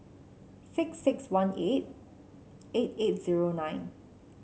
six six one eight eight eight zero nine